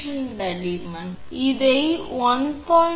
எனவே தடிமன் 𝑅 𝑟 ஆகும்